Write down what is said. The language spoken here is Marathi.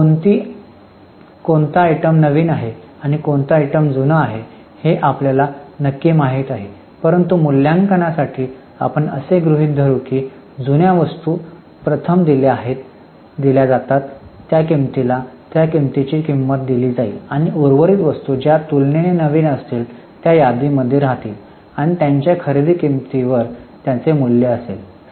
तर कोणती आयटम नवीन आहे आणि कोणती आयटम जुनी आहे हे आपल्याला नक्की माहित नाही परंतु मूल्यांकनासाठी आपण असे गृहित धरू की जुन्या वस्तू प्रथम बाहेर दिल्या जातात त्या किंमतीला त्या किंमतीची किंमत दिली जाईल आणि उर्वरित वस्तू ज्या तुलनेने नवीन असतील त्या यादीमध्ये राहतील आणि त्यांच्या खरेदी किंमतीवर त्यांचे मूल्य असेल